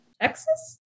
texas